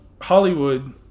Hollywood